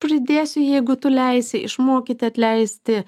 pridėsiu jeigu tu leisi išmokyti atleisti